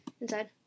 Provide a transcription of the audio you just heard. Inside